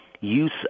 use